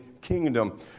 kingdom